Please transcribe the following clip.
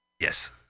Yes